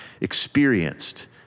experienced